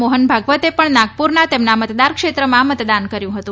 મોહન ભાગવતે પણ નાગપુરના તેમના મતદારક્ષેત્રમાં મતદાન કર્યું હતું